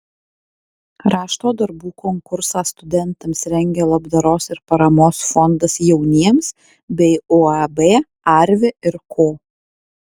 rašto darbų konkursą studentams rengia labdaros ir paramos fondas jauniems bei uab arvi ir ko